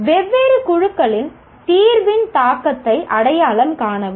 வெவ்வேறு குழுக்களில் தீர்வின் தாக்கத்தை அடையாளம் காணவும்